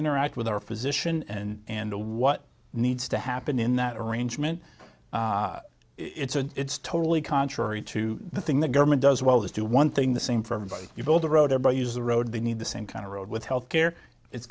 interact with our physician and what needs to happen in that arrangement it's totally contrary to the thing the government does well is do one thing the same for everybody you build a road or by use the road they need the same kind of road with health care it's